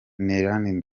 nillan